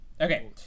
okay